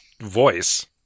voice